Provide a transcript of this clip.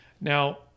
now